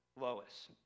Lois